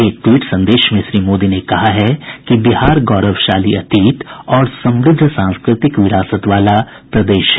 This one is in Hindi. एक ट्वीट संदेश में श्री मोदी ने कहा है कि बिहार गौरवशाली अतीत और समृद्ध सांस्कृतिक विरासत वाला प्रदेश है